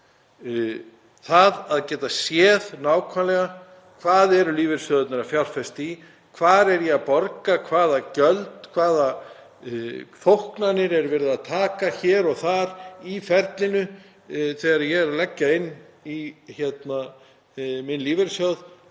Það að geta séð nákvæmlega í hverju lífeyrissjóðirnir eru að fjárfesta, hvar ég er að borga, hvaða gjöld, hvaða þóknanir er verið að taka hér og þar í ferlinu þegar ég er að leggja inn í minn lífeyrissjóð